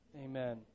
Amen